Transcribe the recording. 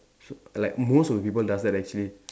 so like most of the people does that actually